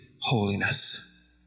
holiness